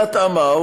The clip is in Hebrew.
בהתאמה,